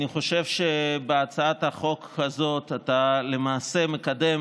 אני חושב שבהצעת החוק הזאת אתה למעשה מקדם